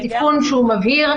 זה תיקון שמבהיר,